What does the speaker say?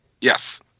Yes